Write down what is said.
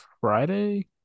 Friday